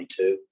22